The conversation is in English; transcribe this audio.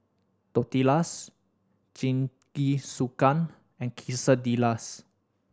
Tortillas Jingisukan and Quesadillas